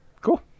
Cool